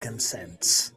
consents